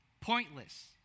pointless